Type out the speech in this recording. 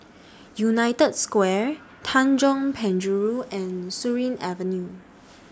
United Square Tanjong Penjuru and Surin Avenue